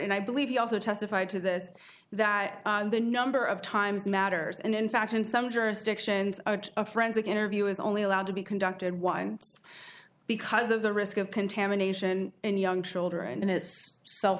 and i believe he also testified to that that the number of times matters and in fact in some jurisdictions are a friendly interview is only allowed to be conducted one because of the risk of contamination in young children and it's s